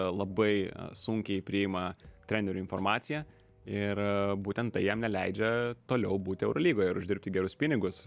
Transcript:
labai sunkiai priima trenerių informaciją ir būtent tai jam neleidžia toliau būti eurolygoje ir uždirbti gerus pinigus